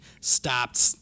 stopped